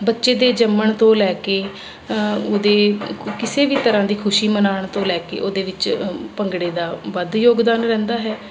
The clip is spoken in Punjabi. ਬੱਚੇ ਦੇ ਜੰਮਣ ਤੋਂ ਲੈ ਕੇ ਉਹਦੇ ਕਿਸੇ ਵੀ ਤਰ੍ਹਾਂ ਦੀ ਖੁਸ਼ੀ ਮਨਾਉਣ ਤੋਂ ਲੈ ਕੇ ਉਹਦੇ ਵਿੱਚ ਭੰਗੜੇ ਦਾ ਵੱਧ ਯੋਗਦਾਨ ਰਹਿੰਦਾ ਹੈ